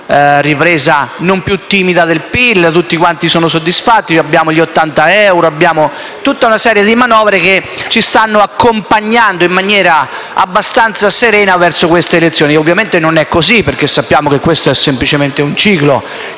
che c'è ripresa non più timida del PIL e, tutti sono soddisfatti; abbiamo gli 80 euro e tutta una serie di manovre che ci stanno accompagnando in maniera serena verso le prossime elezioni. Ovviamente non è così, perché sappiamo che questo è semplicemente un ciclo